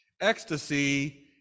Ecstasy